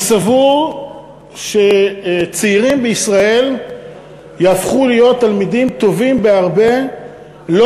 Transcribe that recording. אני סבור שצעירים בישראל יהפכו להיות תלמידים טובים בהרבה לא